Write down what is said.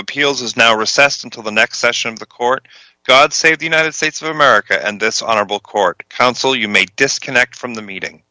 appeals is now recessed until the next session of the court god save the united states of america and this honorable court counsel you may disconnect from the meeting